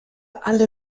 alle